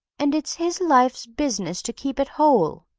and it's his life's business to keep it whole.